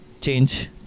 change